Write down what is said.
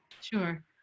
Sure